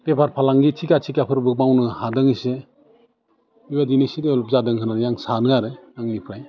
बेफार फांलांगि थिखा थिखाफोरबो मावनो हादों एसे बेबायदिनो एसे डेभ्लप जादों होन्नानै आं सानो आरो आंनिफ्राय